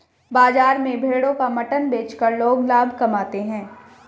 बाजार में भेड़ों का मटन बेचकर लोग लाभ कमाते है